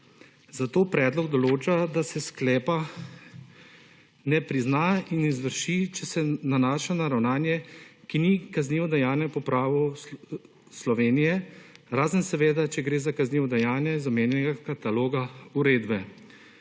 Zato predlog določa, da se sklepa ne prizna in izvrši, če se nanaša na ravnanje, ki ni kaznivo dejanje po pravu Slovenije, razen seveda, če gre za kaznivo dejanje iz omenjenega kataloga uredbe.